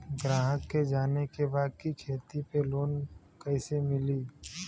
ग्राहक के जाने के बा की खेती पे लोन कैसे मीली?